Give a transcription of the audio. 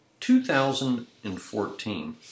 2014